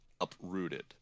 uprooted